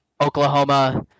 oklahoma